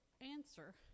answer